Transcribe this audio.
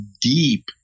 deep